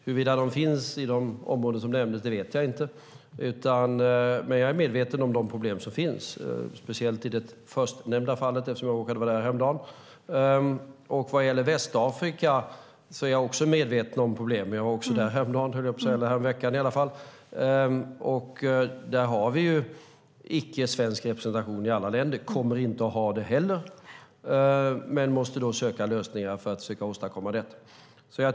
Huruvida de finns i de områden som nämndes vet jag inte. Men jag är medveten om de problem som finns, speciellt i det förstnämnda fallet eftersom jag råkade vara där häromdagen. Jag är också medveten om problemen i Västafrika. Jag var där också häromveckan. Där har vi inte svensk representation i alla länder, och vi kommer inte heller att ha det. Då måste vi söka lösningar för att försöka åstadkomma detta.